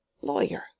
Lawyer